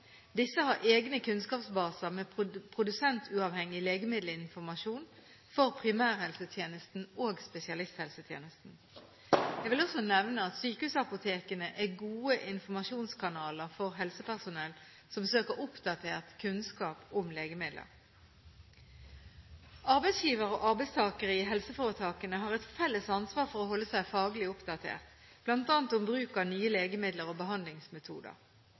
Disse har egne kunnskapsbaser med produsentuavhengig legemiddelinformasjon for primærhelsetjenesten og spesialisthelsetjenesten. Jeg vil også nevne at sykehusapotekene er gode informasjonskanaler for helsepersonell som søker oppdatert kunnskap om legemidler. Arbeidsgivere og arbeidstakere i helseforetakene har et felles ansvar for å holde seg faglig oppdatert, bl.a. om bruk av nye legemidler og behandlingsmetoder.